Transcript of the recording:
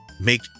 make